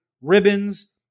Ribbons